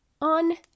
on